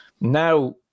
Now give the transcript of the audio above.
Now